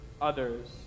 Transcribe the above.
others